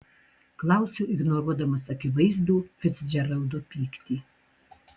klausiu ignoruodamas akivaizdų ficdžeraldo pyktį